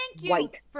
white